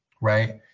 right